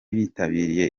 bitabiriye